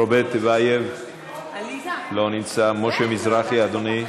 רוברט טיבייב, לא נמצא, משה מזרחי, אדוני,